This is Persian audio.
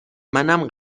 منم